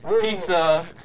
Pizza